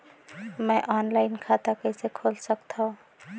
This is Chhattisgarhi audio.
मैं ऑनलाइन खाता कइसे खोल सकथव?